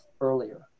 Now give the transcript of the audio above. earlier